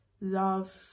love